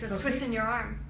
twisting your arm